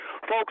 Folks